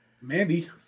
Mandy